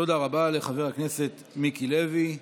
תודה רבה לחבר הכנסת מיקי לוי.